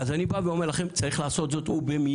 אז אני בא ואומר לכם, צריך לעשות זאת ובמיידי.